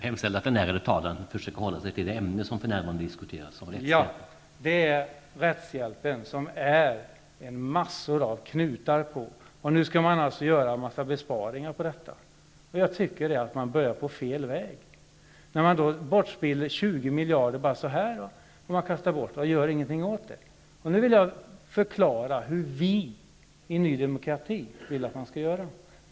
Herr talman! Det ämne som diskuteras är rättshjälpen, som har massor av knutar. Nu skall man alltså göra en mängd besparingar ovanpå det. Jag tycker att man börjar i fel väg. Man kastar bort 20 miljarder utan vidare och gör sedan ingenting åt det. Nu vill jag förklara hur vi i Ny demokrati vill att man skall göra.